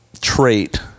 trait